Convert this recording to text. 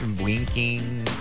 Winking